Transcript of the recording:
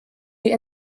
die